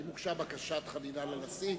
האם הוגשה בקשת חנינה לנשיא?